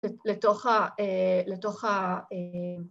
‫לתוך ה... ‫לתוך ה...